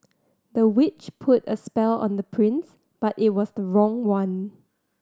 the witch put a spell on the prince but it was the wrong one